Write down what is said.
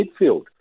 midfield